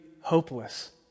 hopeless